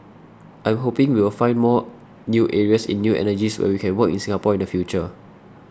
I'm hoping we will find more new areas in new energies where we can work in Singapore in the future